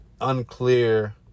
unclear